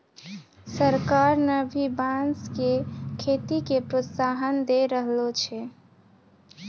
सरकार न भी बांस के खेती के प्रोत्साहन दै रहलो छै